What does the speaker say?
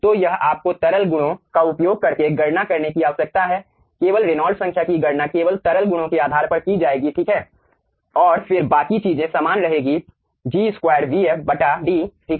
तो यह आपको तरल गुणों का उपयोग करके गणना करने की आवश्यकता है केवल रेनॉल्ड्स संख्या की गणना केवल तरल गुणों के आधार पर की जाएगी ठीक है और फिर बाकी चीजें समान रहेगी G2vf D ठीक है